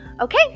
Okay